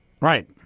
Right